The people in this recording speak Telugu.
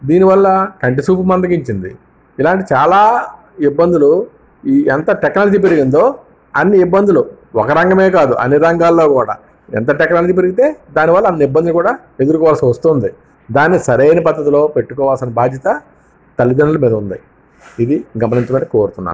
దీనివల్ల కంటిచూపు మందగించ్చింది ఇలాంటి చాలా ఇబ్బందులు ఎంత టెక్నాలజీ పెరిగిందో అన్నీ ఇబ్బందులు ఒక రంగమే కాదు అన్ని రంగాల్లో కూడా ఎంత టెక్నాలజీ పెరిగితే దానివల్ల అన్ని ఇబ్బందులు కూడా ఎదుర్కోవాల్సి వస్తుంది దాన్ని సరైన పద్ధతిలో పెట్టుకోవలసిన బాధ్యత తల్లిదండ్రుల మీద ఉంది ఇది గమనించాలని కోరుతున్నాను